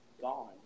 gone